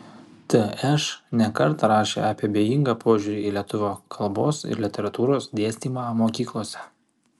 tš ne kartą rašė apie abejingą požiūrį į lietuvių kalbos ir literatūros dėstymą mokyklose